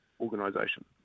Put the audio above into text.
organisation